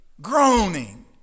groaning